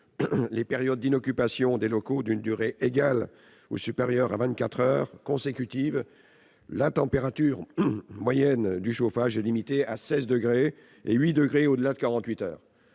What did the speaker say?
les périodes d'inoccupation des locaux d'une durée égale ou supérieure à 24 heures consécutives, la température moyenne du chauffage est limitée à 16 degrés et à 8 degrés au-delà de 48 heures.